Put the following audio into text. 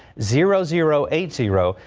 zero zero, eight, zero,